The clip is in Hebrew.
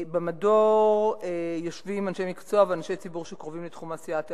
במדור יושבים אנשי מקצוע ואנשי ציבור שקרובים לתחום העשייה התיאטרונית,